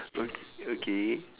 o~ okay